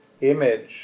image